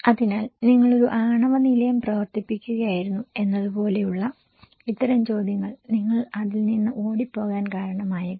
അതിനാൽ നിങ്ങൾ ഒരു ആണവ നിലയം പ്രവർത്തിപ്പിക്കുകയായിരുന്നു എന്നതുപോലുള്ള ഇത്തരം ചോദ്യങ്ങൾ നിങ്ങൾ അതിൽ നിന്ന് ഓടിപ്പോകാൻ കാരണമായേക്കാം